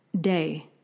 Day